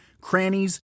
crannies